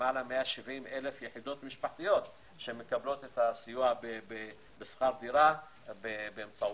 בלמעלה מ-170,000 יחידות משפחתיות שמקבלות את הסיוע בשכר דירה באמצעותו.